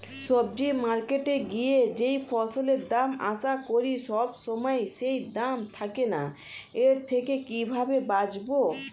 সবজি মার্কেটে গিয়ে যেই ফসলের দাম আশা করি সবসময় সেই দাম থাকে না এর থেকে কিভাবে বাঁচাবো?